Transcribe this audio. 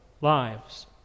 lives